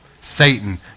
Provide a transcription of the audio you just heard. satan